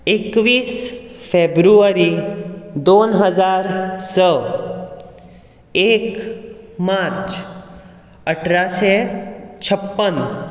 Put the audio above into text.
एकवीस फेब्रुवारी दोन हजार स एक मार्च अठराशे छप्पन